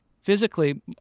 physically